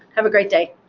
have a great day.